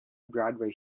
broadway